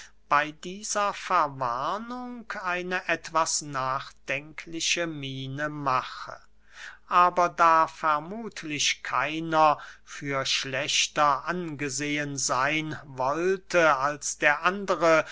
bey dieser verwarnung eine etwas nachdenkliche miene mache aber da vermuthlich keiner für schlechter angesehen seyn wollte als der andere